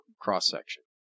cross-section